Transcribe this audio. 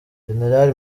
jenerali